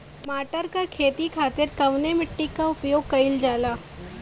टमाटर क खेती खातिर कवने मिट्टी के उपयोग कइलजाला?